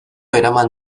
eraman